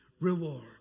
reward